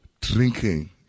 drinking